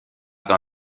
dans